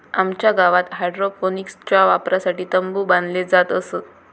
आमच्या गावात हायड्रोपोनिक्सच्या वापरासाठी तंबु बांधले जात असत